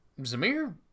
Zamir